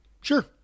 Sure